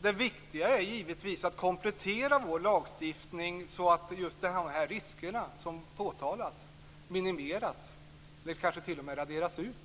Det viktiga är att komplettera lagstiftningen så att riskerna minimeras eller t.o.m. raderas ut.